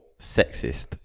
sexist